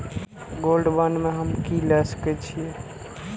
Gold bond में हम की ल सकै छियै?